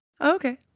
Okay